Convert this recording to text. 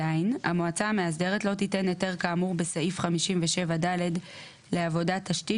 (ז) המועצה המאסדרת לא תיתן היתר כאמור בסעיף 57(ד) לעבודת תשתית